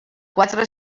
quatre